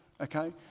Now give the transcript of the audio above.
Okay